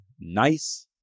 nice